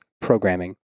programming